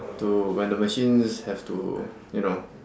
to when the machines have to you know